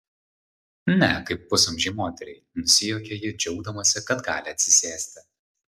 ne kaip pusamžei moteriai nusijuokia ji džiaugdamasi kad gali atsisėsti